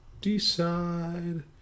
decide